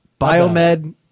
Biomed